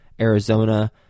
Arizona